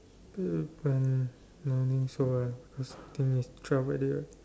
that depends no need show right because I think it's twelve already right